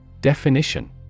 Definition